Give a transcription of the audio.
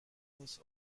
his